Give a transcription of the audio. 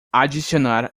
adicionar